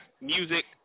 music